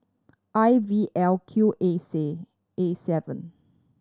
I V L Q A C A seven